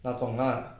那种 lah